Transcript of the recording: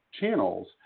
channels